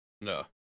No